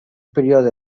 període